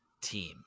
team